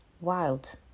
wild